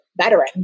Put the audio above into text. veteran